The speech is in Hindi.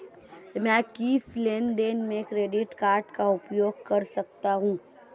मैं किस लेनदेन में क्रेडिट कार्ड का उपयोग कर सकता हूं?